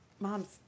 Mom's